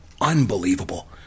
unbelievable